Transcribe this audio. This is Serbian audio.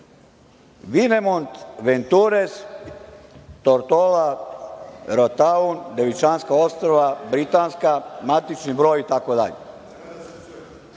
„Vinemont ventures tortola rotaun“Devičanska ostrva, britanska, matični broj, itd.